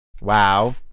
Wow